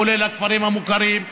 כולל הכפרים המוכרים,